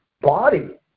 body